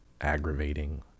aggravating